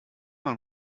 mal